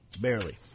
barely